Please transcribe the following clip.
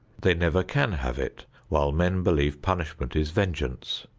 they never can have it while men believe punishment is vengeance.